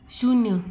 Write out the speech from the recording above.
शून्य